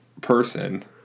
person